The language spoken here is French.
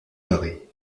paris